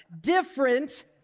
different